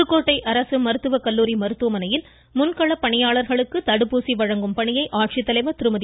புதுக்கோட்டை மருத்துவக்கல்லூரி மருத்துவமனையில் முன்கள பணியாளர்களுக்கு தடுப்பூசி வழங்கும் பணியை ஆட்சித்தலைவர் திருமதி